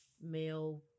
male